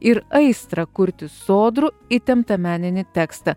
ir aistrą kurti sodrų įtemptą meninį tekstą